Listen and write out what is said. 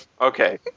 Okay